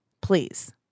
Please